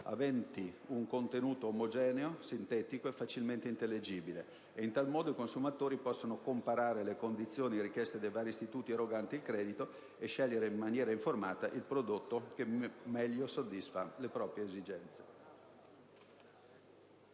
aventi un contenuto omogeneo, sintetico, facilmente intelligibile. In tal modo i consumatori possono comparare le condizioni richieste dai vari istituti eroganti il credito e scegliere in maniera informata il prodotto che meglio soddisfa le proprie esigenze.